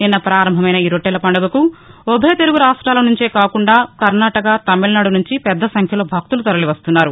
నిన్న పారంభమైన ఈ రొట్టెల పండుగకు ఉభయ తెలుగు రాష్టాల నుంచే కాకుండా కర్ణాటక తమిళనాడు నుంచి పెద్దసంఖ్యలో భక్తులు తరలివస్తున్నారు